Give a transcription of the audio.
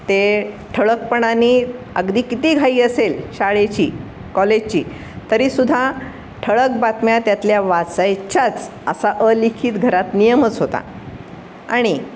ते ठळकपणाने अगदी किती घाई असेल शाळेची कॉलेजची तरीसुद्धा ठळक बातम्या त्यातल्या वाचायच्याच असा अलिखित घरात नियमच होता आणि